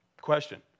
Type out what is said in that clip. Question